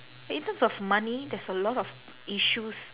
in terms of money there's a lot of issues